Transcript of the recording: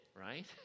right